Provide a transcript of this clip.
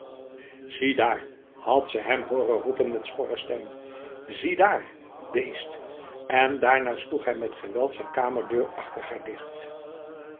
had ze hem horen roepen met schorre stem ziedaar beest en daarna sloeg hij met geweld zijn kamerdeur achter haar dicht